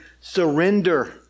surrender